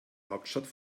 hauptstadt